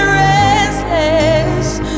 restless